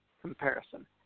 comparison